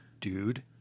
dude